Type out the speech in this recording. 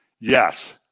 Yes